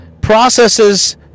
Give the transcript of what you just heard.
processes